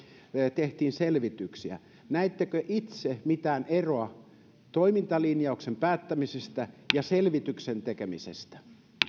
tehtiin selvityksiä näettekö itse mitään eroa toimintalinjauksen päättämisestä ja selvityksen tekemisestä